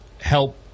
help